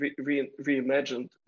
reimagined